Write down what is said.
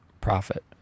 Profit